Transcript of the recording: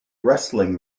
wrestling